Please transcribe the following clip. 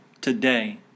today